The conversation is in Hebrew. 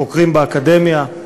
חוקרים באקדמיה,